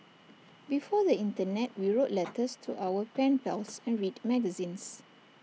before the Internet we wrote letters to our pen pals and read magazines